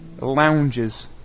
lounges